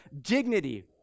dignity